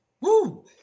Woo